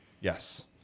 yes